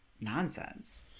nonsense